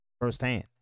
firsthand